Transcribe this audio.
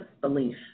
belief